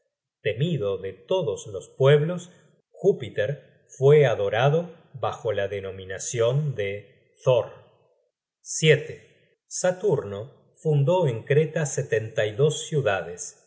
temido de todos los pueblos júpiter fue adorado bajo la denominacion de thor content from google book search generated at saturno fundó en creta setenta y dos ciudades